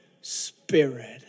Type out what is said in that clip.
Spirit